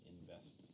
invest